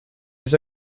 his